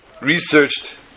researched